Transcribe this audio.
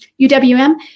UWM